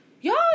Y'all